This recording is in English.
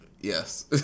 Yes